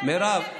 מירב,